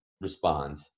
respond